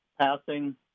passing